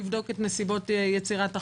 לבדוק את נסיבות יצירת החובות,